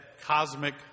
cosmic